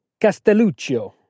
Castelluccio